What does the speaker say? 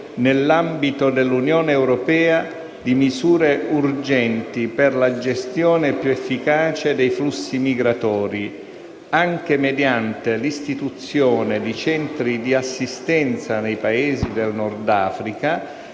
nell'ambito dell'Unione europea di misure urgenti per una gestione più efficace dei flussi migratori, anche mediante l'istituzione di Centri di assistenza nei Paesi del Nord Africa